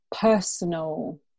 personal